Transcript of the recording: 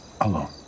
alone